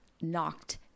knocked